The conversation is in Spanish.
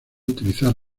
utilizar